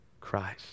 Christ